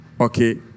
okay